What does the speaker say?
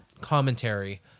commentary